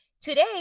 Today